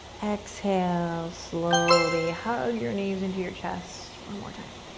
exhale, slowly hug your knees into your chest one more time.